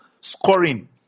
scoring